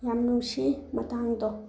ꯌꯥꯝ ꯅꯨꯡꯁꯤ ꯃꯇꯥꯡꯗꯣ